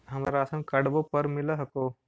हमरा राशनकार्डवो पर मिल हको?